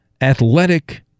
athletic